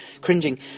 cringing